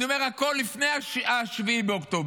אני אומר, הכול לפני 7 באוקטובר,